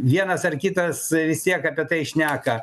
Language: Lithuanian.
vienas ar kitas vis tiek apie tai šneka